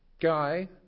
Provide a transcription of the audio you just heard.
guy